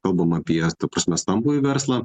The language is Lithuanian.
kalbam apie ta prasme stambųjį verslą